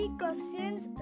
questions